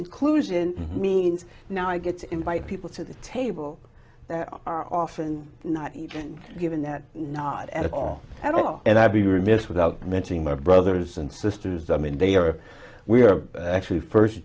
inclusion means now i get to invite people to the table are often not even given that not at all i don't know and i'd be remiss without mentioning my brothers and sisters i mean they are we're actually first